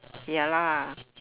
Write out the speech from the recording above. ya lah